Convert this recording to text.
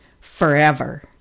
forever